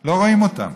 לא רואים אותם.